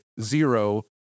zero